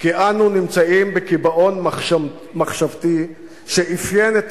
כי אנו נמצאים בקיבעון מחשבתי שאפיין את